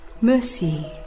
Mercy